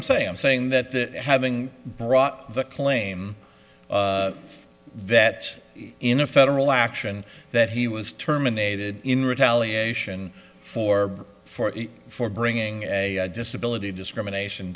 i'm saying i'm saying that having brought the claim that in a federal action that he was terminated in retaliation for for for bringing a disability discrimination